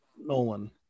Nolan